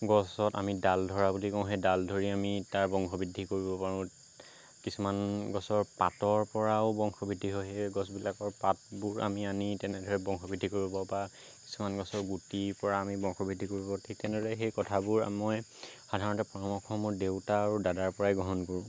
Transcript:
গছত আমি ডাল ধৰা বুলি কওঁ সেই ডাল ধৰি আমি তাৰ বংশবৃদ্ধি কৰিব পাৰোঁ কিছুমান গছৰ পাতৰ পৰাও বংশবৃদ্ধি হয় সেই গছবিলাকৰ পাতবোৰ আমি আনি তেনেদৰে বংশবৃদ্ধি কৰিব পাৰোঁ বা কিছুমান গছৰ গুটিৰ পৰা আমি বংশবৃদ্ধি কৰিব ঠিক তেনেদৰে সেই কথাবোৰ মই সাধাৰণতে পৰামৰ্শ মই দেউতা আৰু দাদাৰ পৰাই গ্ৰহণ কৰোঁ